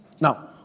Now